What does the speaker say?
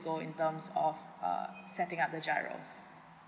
go in terms of uh setting up the G_I_R_O